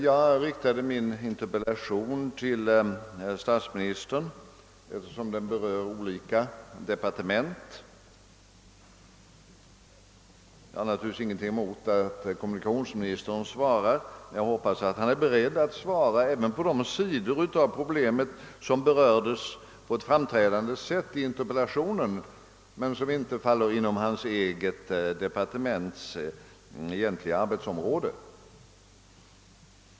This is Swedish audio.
Jag riktade min interpellation till statsministern, eftersom den berör olika departement. Jag har naturligtvis ingenting emot att kommunikationsministern svarar, men jag hoppas att han är beredd att svara även när det gäller de problem, som på ett framträdande sätt berörs i interpellationen men som inte faller inom hans departements egentliga arbetsområde.